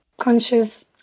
conscious